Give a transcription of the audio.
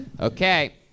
Okay